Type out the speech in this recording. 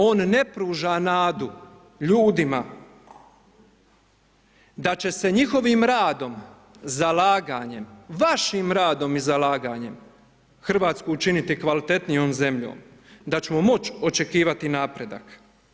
On ne pruža nadu ljudima da će se njihovim radom, zalaganjem, vašim radom i zalaganjem, RH učiniti kvalitetnijom zemljom, da ćemo moći očekivati napredak.